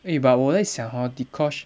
eh but 我在想 hor dee kosh